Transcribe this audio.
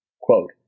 Quote